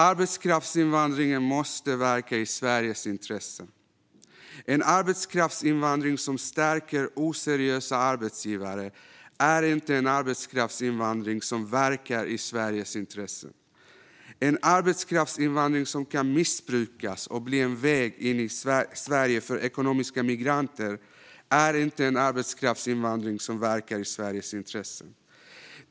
Arbetskraftsinvandringen måste verka i Sveriges intressen. En arbetskraftsinvandring som stärker oseriösa arbetsgivare är inte en arbetskraftsinvandring som verkar i Sveriges intresse. En arbetskraftsinvandring som kan missbrukas och bli en väg in i Sverige för ekonomiska migranter är inte en arbetskraftsinvandring som verkar i Sveriges intresse.